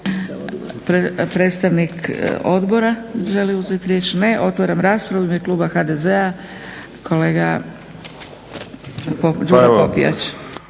Predstavnik odbora želi uzeti riječ? Ne. Otvaram raspravu. U ime Kluba HDZ-a kolega Đuro Popijač.